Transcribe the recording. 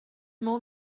more